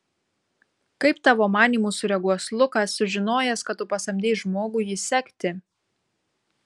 kaip tavo manymu sureaguos lukas sužinojęs kad tu pasamdei žmogų jį sekti